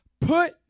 put